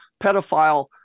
pedophile